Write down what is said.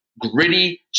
gritty